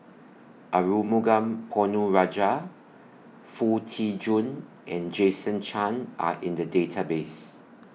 Arumugam Ponnu Rajah Foo Tee Jun and Jason Chan Are in The Database